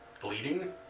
bleeding